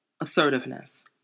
assertiveness